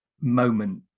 moment